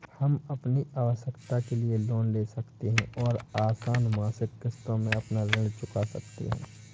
हम अपनी आवश्कता के लिए लोन ले सकते है और आसन मासिक किश्तों में अपना ऋण चुका सकते है